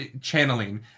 channeling